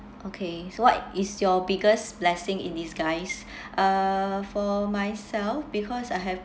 okay so what is your biggest blessing in disguise uh for myself because I have